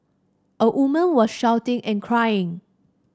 a woman was shouting and crying